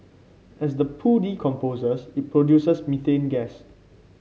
as the poo decomposes it produces methane gas